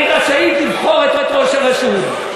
הרי היא רשאית לבחור את ראש הרשות.